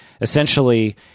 essentially